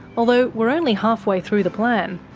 although we're only halfway through the plan.